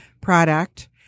product